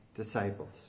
disciples